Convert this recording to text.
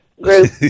group